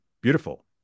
beautiful